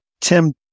Tim